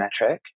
metric